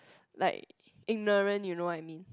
like ignorant you know I mean